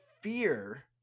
fear